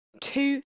two